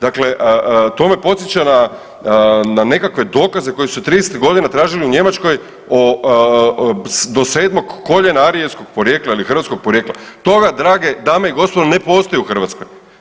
Dakle, to me podsjeća na, na nekakve dokaze koje su '30.-tih godina tražili u Njemačkoj do 7. koljena, arijevskog porijekla ili hrvatskog porijekla toga drage dame i gospodo ne postoji u Hrvatskoj.